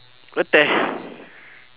what the h~